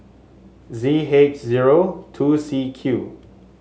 Z H zero two C Q